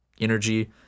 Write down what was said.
energy